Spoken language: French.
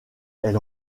elle